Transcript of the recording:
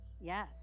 yes